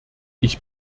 ich